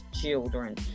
children